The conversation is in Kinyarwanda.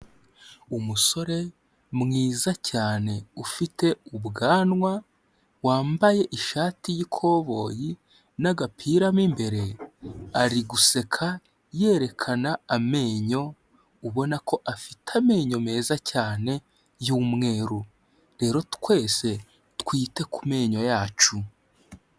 Umusore mwiza cyane, ufite ubwanwa wambaye ishati y'ikoboyi n'agapira mo imbere, ari guseka yerekana amenyo, ubona ko afite amenyo meza cyane y'umweru, rero twese twite ku menyo yacu.